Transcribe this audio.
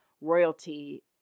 royalty